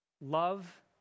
love